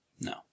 No